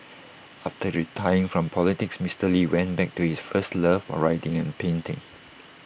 after retiring from politics Mister lee went back to his first love of writing and painting